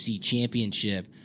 championship